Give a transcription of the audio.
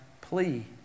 plea